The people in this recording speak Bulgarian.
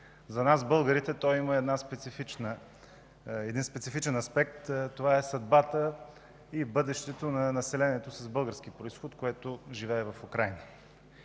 за нас, българите, той има специфичен аспект – съдбата и бъдещето на населението с български произход, което живее в Украйна.